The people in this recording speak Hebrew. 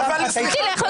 שמחה, שישלך בעיה.